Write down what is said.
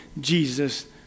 Jesus